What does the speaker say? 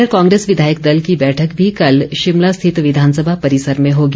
इधर कांग्रेस विधायक दल की बैठक भी कल शिमला स्थित विधानसभा परिसर में होगी